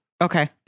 Okay